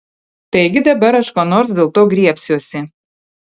taigi dabar aš ko nors dėl to griebsiuosi